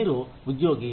మీరు ఉద్యోగి